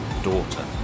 daughter